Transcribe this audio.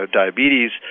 diabetes